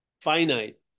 Finite